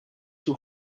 two